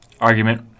argument